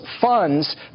funds